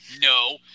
No